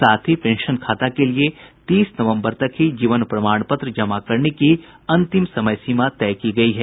साथ ही पेंशन खाता के लिए तीस नवम्बर तक ही जीवन प्रमाण पत्र जमा करने की अंतिम समय सीमा तय की गयी है